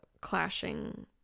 clashing